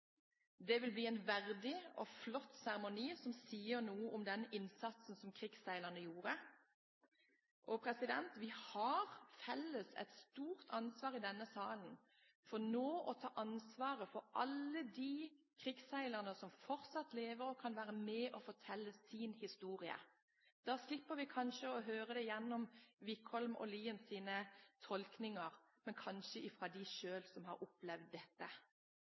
vil bli en verdig og flott seremoni som sier noe om den innsatsen som krigsseilerne gjorde. Vi har nå et felles og stort ansvar i denne salen for alle de krigsseilerne som fortsatt lever og som kan være med og fortelle sin historie. Da slipper vi kanskje å høre det gjennom Wickholm og Lien sine tolkninger, men fra dem som selv har opplevd dette.